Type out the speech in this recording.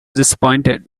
disappointed